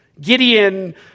Gideon